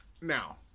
Now